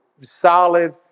solid